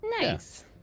Nice